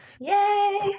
Yay